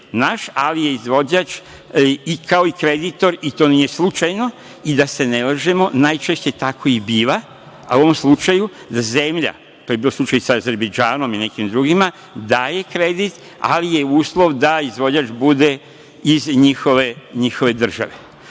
naš, ali je izvođač, kao i kreditor, i to nije slučajno. I da se ne lažemo, najčešće tako i biva, a u ovom slučaju zemlja, to je bio slučaj sa Azerbejdžanom i nekim drugima, da se daje kredit, ali je uslov da izvođač bude iz njihove države.